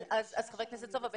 חבר הכנסת סובה,